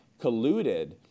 colluded